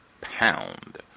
pound